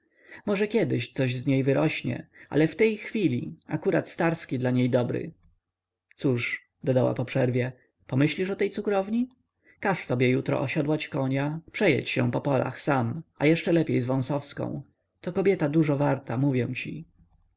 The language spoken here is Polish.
może kiedyś coś z niej wyrośnie ale w tej chwili akurat starski dla niej dobry cóż dodała po przerwie pomyślisz o tej cukrowni każ sobie jutro osiodłać konia przejedź się po polach sam a jeszcze lepiej z wąsowską to kobieta dużo warta mówię ci